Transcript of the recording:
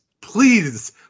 Please